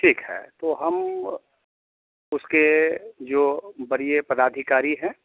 ठीक है तो हम उसकेजो बड़े पदाधिकारी हैं